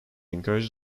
encouraged